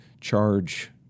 charge